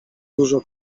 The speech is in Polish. dużo